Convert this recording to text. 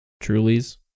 Truly's